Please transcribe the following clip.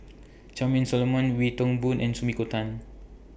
Charmaine Solomon Wee Toon Boon and Sumiko Tan